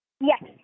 Yes